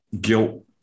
guilt